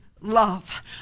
love